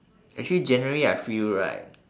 actually generally I feel right